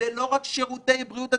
זה לא רק שירותי בריאות הציבור,